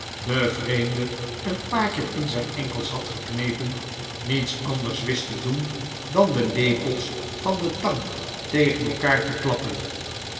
den vreemde een paar keer in zijn enkels had geknepen niets anders wist te doen dan de lepels van de tang tegen elkaar te klappen